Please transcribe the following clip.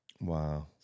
Wow